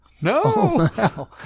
No